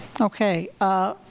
Okay